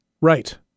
Right